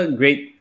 great